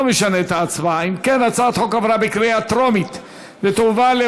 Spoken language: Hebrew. אני לא משנה את התוצאות של ההצבעה.